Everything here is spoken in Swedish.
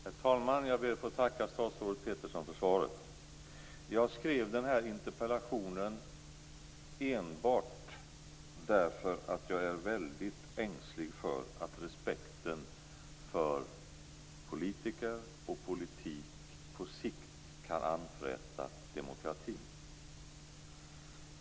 Herr talman! Jag ber att få tacka statsrådet Peterson för svaret. Jag skrev interpellationen enbart för att jag är ängslig för att bristen på respekt för politiker och politik på sikt kan anfräta demokratin.